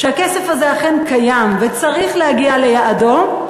שהכסף הזה אכן קיים וצריך להגיע ליעדו,